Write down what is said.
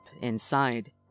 inside